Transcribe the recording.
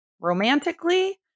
romantically